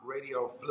Radio